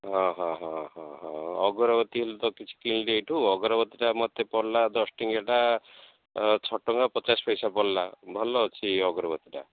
ହଁ ହଁ ହଁ ହଁ ହଁ ଅଗରବତୀ ହେଲେ ତ କିଛି କିଣିଲି ଏଇଠୁ ଅଗରବତୀଟା ମୋତେ ପଡ଼ିଲା ଦଶଟିଙ୍କିଆଟା ଛଅ ଟଙ୍କା ପଚାଶ ପଇସା ପଡ଼ିଲା ଭଲ ଅଛି ଅଗରବତୀଟା